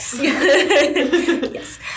yes